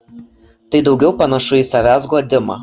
tai daugiau panašu į savęs guodimą